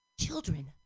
Children